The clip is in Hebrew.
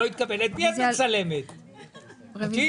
הצבעה הרוויזיה